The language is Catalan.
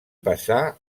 passà